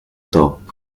top